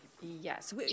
yes